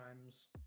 times